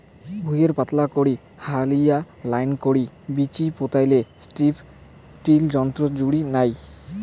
ভুঁইয়ে পাতলা করি হালেয়া লাইন করি বীচি পোতাই স্ট্রিপ টিল যন্ত্রর জুড়ি নাই